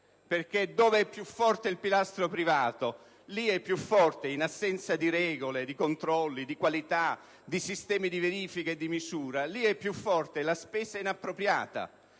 perché dove è più forte il pilastro privato lì è più forte, in assenza di regole, di controlli di qualità, di sistemi di verifica e misura, la spesa inappropriata;